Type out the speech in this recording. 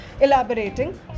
Elaborating